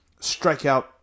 strikeout